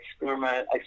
experiment